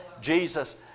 Jesus